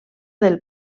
del